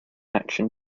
action